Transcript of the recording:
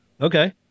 okay